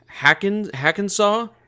Hackensaw